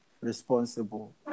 responsible